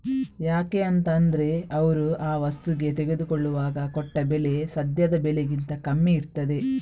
ಯಾಕೆ ಅಂತ ಅಂದ್ರೆ ಅವ್ರು ಆ ವಸ್ತುಗೆ ತೆಗೆದುಕೊಳ್ಳುವಾಗ ಕೊಟ್ಟ ಬೆಲೆ ಸದ್ಯದ ಬೆಲೆಗಿಂತ ಕಮ್ಮಿ ಇರ್ತದೆ